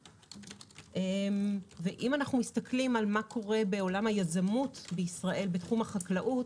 אם אנחנו מסתכלים על מה שקורה בעולם היזמות בישראל בתחום החקלאות,